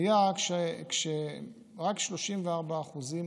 היה שרק 34% עברו.